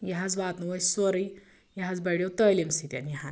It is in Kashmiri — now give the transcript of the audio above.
یہِ حظ واتنو اسہِ سورُے یہِ حظ بڑیو تعلیٖم سۭتۍ یہِ ہَن